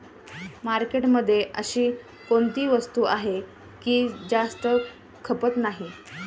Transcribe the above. मार्केटमध्ये अशी कोणती वस्तू आहे की जास्त खपत नाही?